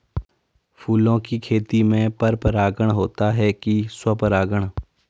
फूलों की खेती में पर परागण होता है कि स्वपरागण?